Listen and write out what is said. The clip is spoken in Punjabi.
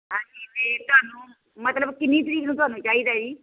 ਹਾਂਜੀ ਅਤੇ ਤੁਹਾਨੂੰ ਮਤਲਬ ਕਿੰਨੀ ਤਰੀਕ ਨੂੰ ਤੁਹਾਨੂੰ ਚਾਹੀਦਾ ਜੀ